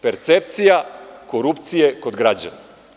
Percepcija korupcije kod građana.